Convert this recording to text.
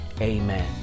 Amen